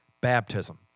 baptism